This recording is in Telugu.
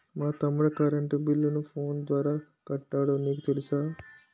మా తమ్ముడు కరెంటు బిల్లును ఫోను ద్వారా కట్టాడు నీకు తెలుసా